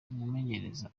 umumenyereza